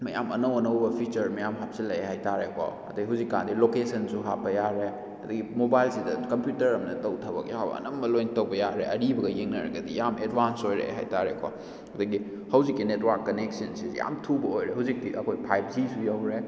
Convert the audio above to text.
ꯃꯌꯥꯝ ꯑꯅꯧ ꯑꯅꯧꯕ ꯐꯤꯆꯔ ꯃꯌꯥꯝ ꯍꯥꯞꯆꯤꯜꯂꯛꯑꯦ ꯍꯥꯏꯇꯥꯔꯦꯀꯣ ꯑꯗꯩ ꯍꯧꯖꯤꯛꯀꯥꯟꯗꯤ ꯂꯣꯀꯦꯁꯟꯁꯨ ꯍꯥꯞꯄ ꯌꯥꯔꯦ ꯑꯗꯒꯤ ꯃꯣꯕꯥꯏꯜꯁꯤꯗ ꯀꯝꯄꯨꯇꯔ ꯑꯃꯅ ꯇꯧ ꯊꯕꯛ ꯌꯥꯕ ꯑꯅꯝꯕ ꯂꯣꯏ ꯇꯧꯕ ꯌꯥꯔꯦ ꯑꯔꯤꯕꯒ ꯌꯦꯡꯅꯔꯒꯗꯤ ꯌꯥꯝ ꯑꯦꯗꯕꯥꯟꯁ ꯑꯣꯏꯔꯛꯑꯦ ꯍꯥꯏꯇꯥꯔꯦꯀꯣ ꯑꯗꯒꯤ ꯍꯧꯖꯤꯛꯀꯤ ꯅꯦꯠꯋꯥꯛ ꯀꯅꯦꯛꯁꯟꯁꯤ ꯌꯥꯝ ꯊꯧꯕ ꯑꯣꯏꯔꯦ ꯍꯧꯖꯤꯛꯇꯤ ꯑꯩꯈꯣꯏ ꯐꯥꯏꯕ ꯖꯤꯁꯨ ꯌꯧꯔꯦ